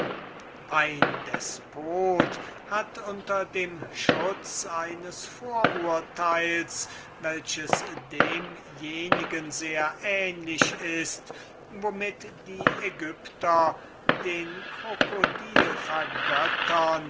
ein despot hat unter dem schutz eines vorurteils welches demjenigen sehr ähnlich ist womit die egypter den